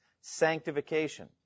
sanctification